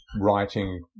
writing